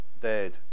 dead